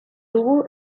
dugu